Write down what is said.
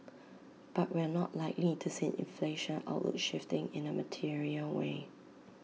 but we're not likely to see inflation outlook shifting in A material way